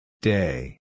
Day